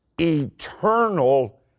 eternal